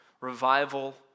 revival